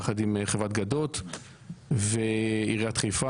ביחד עם חברת גדות ועיריית חיפה,